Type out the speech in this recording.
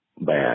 bad